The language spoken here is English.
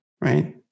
right